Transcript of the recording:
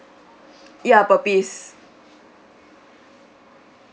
ya per piece